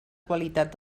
qualitat